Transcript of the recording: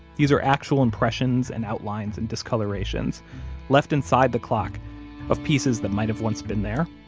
these are actual impressions, and outlines, and discolorations left inside the clock of pieces that might have once been there.